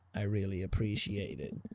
i really appreciate it.